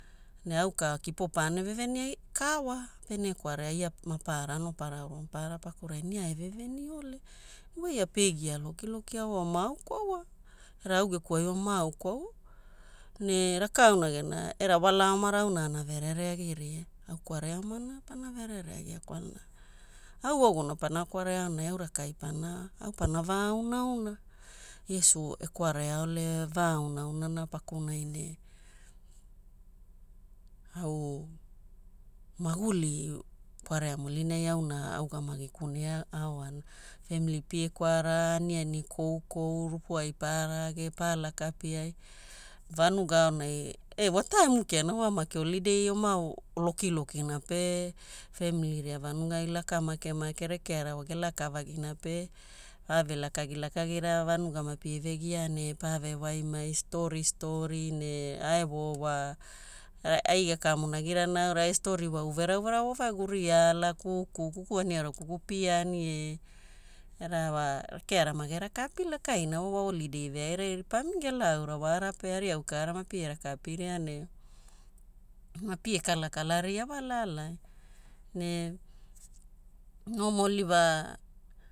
Ne auka kipo pane veveniagi kawa pene kwarea ia maparara anopara aura maparara pakurai na ia eveveniole. Waia pe gia lokilokia wa ma aukwaua era au geku ai wa ma aukwaua. Ne rakauna gena era wala omara auna ana verereagiria? Au kwarea omana pana verere agia kwalana au iwaguna pana kwarea aonai au rakai pana ao? Au pana vaaunaauna. Iesu ekwareaole vaaunaaunana pakunai ne au maguli kwarea mulinai auna augamagi kuneaoana. Family pie kwara, aniani koukou, rupu ai parage, pa lakapiai, vanuga aonai e wa taimu kiana owa makina holiday oma lokilokina pe family ria vanugai laka makemake rekeara wa gelakavagina pe pave lakagilakagira vanuga mapieve giaa ne pavewaimai, storystory ne aevoo wa ai gekamonagirana aura story wa uverauvera voovagi guria ala, kuku, kukuani aura kuku pie ani e era wa rekeara mage raka apilakaina wa wa holiday veairai ripami gela aura wara pe aria au kaara mapie raka apiria ne mapie kalakalaria wa laalaai. Ne normally wa